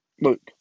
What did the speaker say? look